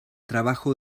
trabajo